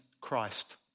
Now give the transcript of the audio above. Christ